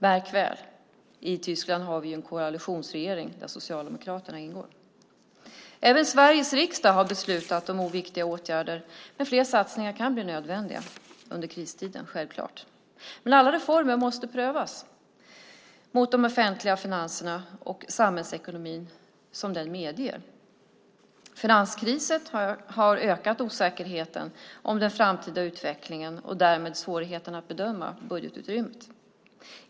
Märk väl: I Tyskland har vi en koalitionsregering där socialdemokraterna ingår. Även Sveriges riksdag har beslutat om viktiga åtgärder, men fler satsningar kan självklart bli nödvändiga under kristiden. Alla reformer måste prövas mot de offentliga finanserna och samhällsekonomin. Finanskrisen har ökat osäkerheten om den framtida utvecklingen och därmed svårigheten att bedöma budgetutrymmet.